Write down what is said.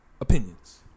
Opinions